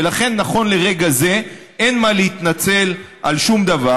ולכן נכון לרגע זה אין מה להתנצל על שום דבר.